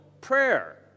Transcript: prayer